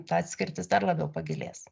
ta atskirtis dar labiau pagilės